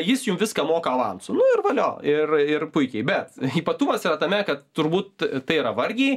jis jums viską moka avansu nu ir valio ir ir puikiai bet ypatumas yra tame kad turbūt tai yra vargiai